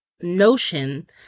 notion